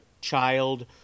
child